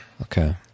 Okay